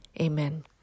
amen